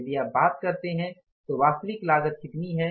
यदि आप बात करते हैं तो वास्तविक लागत कितनी है